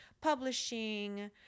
publishing